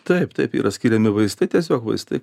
taip taip yra skiriami vaistai tiesiog vaistai